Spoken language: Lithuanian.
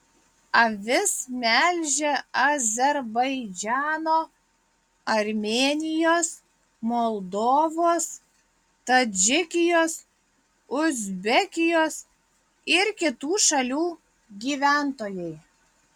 avis melžia azerbaidžano armėnijos moldovos tadžikijos uzbekijos ir kitų šalių gyventojai